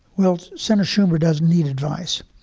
well, senator schumer does need advice.